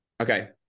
Okay